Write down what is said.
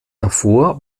davor